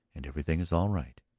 and everything is all right.